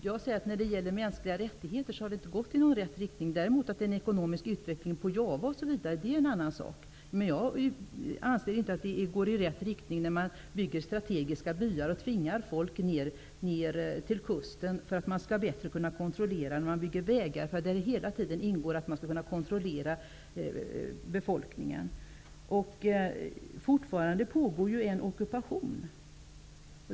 Fru talman! När det gäller de mänskliga rättigheterna har utvecklingen inte gått i rätt riktning. Den ekonomiska utvecklingen på Java etc. är en annan fråga. Jag anser inte att utvecklingen går i rätt riktning när man bygger vägar och strategiska byar och tvingar ner folk till kusten för att befolkningen bättre skall kunna kontrolleras. Fortfarande pågår en ockupation.